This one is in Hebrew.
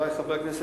חברי חברי הכנסת,